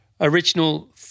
original